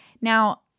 Now